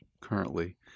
currently